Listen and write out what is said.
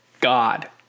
God